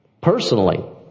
Personally